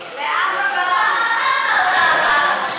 לעזה,